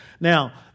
Now